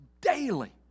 daily